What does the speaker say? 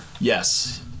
Yes